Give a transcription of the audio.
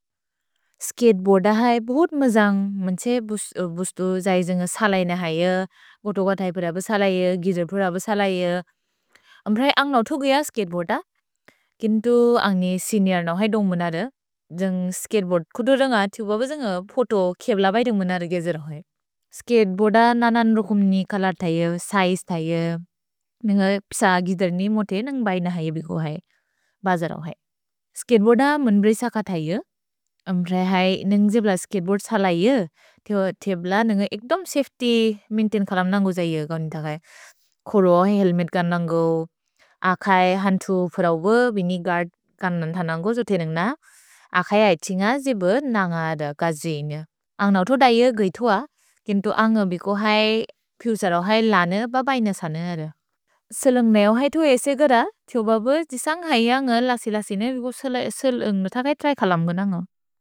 Skateboard है बोहोत् मजन्ग्। मन्छे बुस्तु जैजन्ग् सलै न हैयो। गोतो क थै पुर ब सलैयो। गिजर् पुर ब सलैयो। अम् प्रए अन्ग् नओ थुग य स्कतेबोअर्द। किन्तु अन्ग् ने सेनिओर् नओ है दोन्ग् मुनर। जन्ग् स्कतेबोअर्द् कुदुरन्ग थिब ब जन्ग् फोतो खेब्ल बैदुन्ग् मुनर गिजर होइ। स्कतेबोअर्द ननन् रोकुम् नि कलत् थैयो, सैज् थैयो, मेन्ग प्स गिजर्नि मुते नन्ग् बै न हैयो बिको है। भजर होइ। स्कतेबोअर्द मन् ब्रेस क थैयो। अम् प्रए है नन्ग् जिब्ल स्कतेबोअर्द् सलैयो, थिब खेब्ल नन्ग् इक्दोम् सफेत्य् मैन्तैन् कलम् नन्गु जैयो। खोरो है हेल्मेत् कन् नन्गु। अखै हन्तु फरव बिनि गुअर्द् कन् नन्गु। जुते नन्ग् न अखै ऐछिन्ग जिब्ल नन्गद कजि। अन्ग् नओ थुग दयो गैतुअ। किन्तु अन्ग् बिको है फुरुसर होइ लन ब बैन सन। सलन्ग् नयो है थुग ऐसे गर, थिब ब जिसन्ग् है अन्ग् लसि-लसिने सलन्ग् नुक् थग इतुअ कलम् नन्गु।